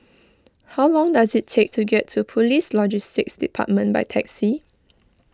how long does it take to get to Police Logistics Department by taxi